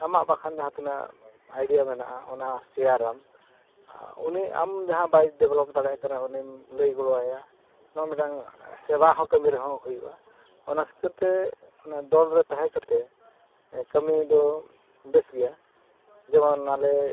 ᱟᱢᱟᱜ ᱵᱟᱠᱷᱟᱱ ᱡᱟᱦᱟᱸ ᱛᱤᱱᱟᱹᱜ ᱟᱭᱰᱤᱭᱟ ᱢᱮᱱᱟᱜᱼᱟ ᱚᱱᱟ ᱥᱮᱭᱟᱨᱟᱢ ᱩᱱᱤ ᱟᱢ ᱡᱟᱦᱟᱸ ᱵᱟᱭ ᱰᱮᱵᱷᱞᱚᱯ ᱫᱟᱲᱮᱭᱟᱜ ᱠᱟᱱᱟ ᱩᱱᱤᱢ ᱞᱟᱹᱭ ᱜᱚᱲᱚ ᱟᱭᱟ ᱱᱚᱣᱟ ᱢᱤᱫᱴᱟᱝ ᱥᱮᱵᱟ ᱦᱚᱸ ᱠᱟᱹᱢᱤ ᱨᱮ ᱦᱚᱸ ᱦᱩᱭᱩᱜᱼᱟ ᱚᱱᱟ ᱠᱷᱟᱹᱛᱤᱨᱛᱮ ᱚᱱᱟ ᱫᱚᱞ ᱨᱮ ᱛᱟᱦᱮᱸ ᱠᱟᱛᱮᱫ ᱠᱟᱹᱢᱤ ᱫᱚ ᱵᱮᱥ ᱜᱮᱭᱟ ᱡᱮᱢᱚᱱ ᱟᱞᱮ